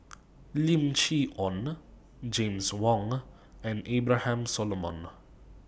Lim Chee Onn James Wong and Abraham Solomon